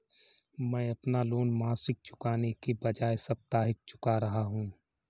मैं अपना लोन मासिक चुकाने के बजाए साप्ताहिक चुका रहा हूँ